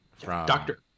Doctor